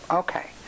okay